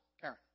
Karen